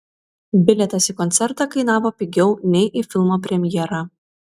bilietas į koncertą kainavo pigiau nei į filmo premjerą